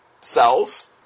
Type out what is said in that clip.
cells